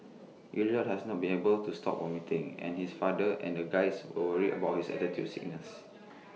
Elliot has not been able to stop vomiting and his father and the Guides were worried about his altitude sickness